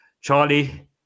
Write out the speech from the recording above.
Charlie